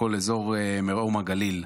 בכל אזור מרום הגליל.